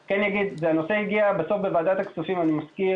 הנושא הגיע בסוף לוועדת הכספים ואני מזכיר: